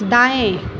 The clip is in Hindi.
दाएं